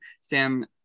sam